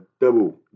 double